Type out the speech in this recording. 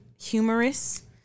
humorous